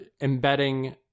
embedding